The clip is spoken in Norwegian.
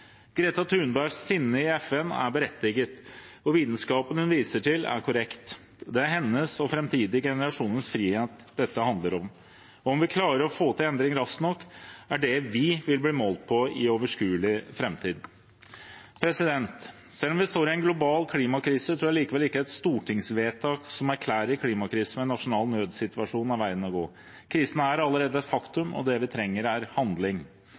Greta Thunbergs sinne i FN er berettiget, og vitenskapen hun viser til, er korrekt. Det er hennes og framtidige generasjoners frihet dette handler om. Om vi klarer å få til endring raskt nok, er det vi vil bli målt på i overskuelig framtid. Selv om vi står i en global klimakrise, tror jeg likevel ikke et stortingsvedtak som erklærer klimakrisen som en nasjonal nødssituasjon, er veien å gå. Krisen er allerede et faktum, og det vi trenger, er handling.